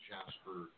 Jasper